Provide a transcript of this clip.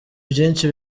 byinshi